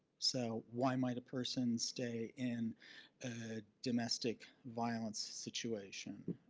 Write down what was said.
so why might a person stay in a domestic violence situation?